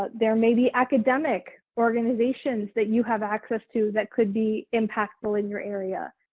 there may be academic organizations that you have access to that could be impactful in your area.